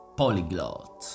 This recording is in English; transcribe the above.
polyglot